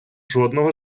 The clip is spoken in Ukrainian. жодного